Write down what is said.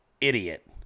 idiot